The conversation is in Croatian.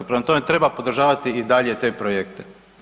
Prema tome, treba podržavati i dalje te projekte.